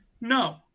No